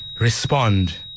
Respond